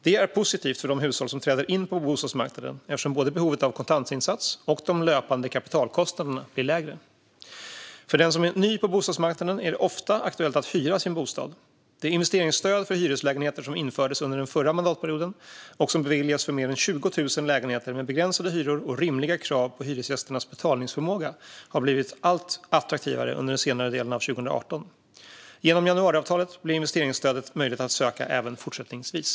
Det är positivt för de hushåll som träder in på bostadsmarknaden eftersom både behovet av kontantinsats och de löpande kapitalkostnaderna blir lägre. För den som är ny på bostadsmarknaden är det ofta aktuellt att hyra sin bostad. Det investeringsstöd för hyreslägenheter som infördes under den förra mandatperioden och som beviljats för mer än 20 000 lägenheter med begränsade hyror och rimliga krav på hyresgästernas betalningsförmåga blev allt attraktivare under senare delen av 2018. Genom januariavtalet blir investeringsstödet möjligt att söka även fortsättningsvis.